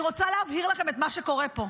אני רוצה להבהיר לכם את מה שקורה פה.